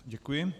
Děkuji.